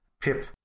Pip